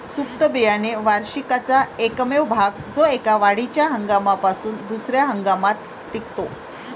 सुप्त बियाणे वार्षिकाचा एकमेव भाग जो एका वाढीच्या हंगामापासून दुसर्या हंगामात टिकतो